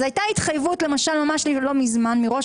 אז הייתה התחייבות למשל ממש לא מזמן מראש